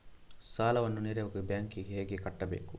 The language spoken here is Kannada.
ಸಾಲವನ್ನು ನೇರವಾಗಿ ಬ್ಯಾಂಕ್ ಗೆ ಹೇಗೆ ಕಟ್ಟಬೇಕು?